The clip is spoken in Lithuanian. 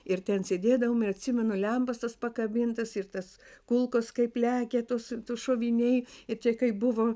ir ten sėdėdavom ir atsimenu lempas tas pakabintas ir tas kulkos kaip lekia tos tuo šoviniai ir čia kai buvo